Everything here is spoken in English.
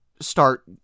start